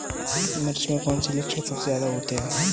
मिर्च में कौन से लक्षण सबसे ज्यादा होते हैं?